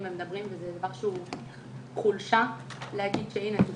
ומדברים וזה דבר שהוא חולשה להגיד שהנה,